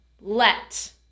let